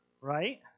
Right